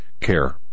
care